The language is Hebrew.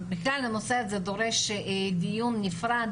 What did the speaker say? בכלל, הנושא הזה דורש דיון נפרד